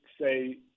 say